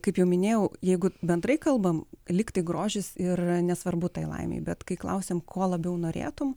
kaip jau minėjau jeigu bendrai kalbam lygtai grožis ir nesvarbu tai laimei bet kai klausėm ko labiau norėtum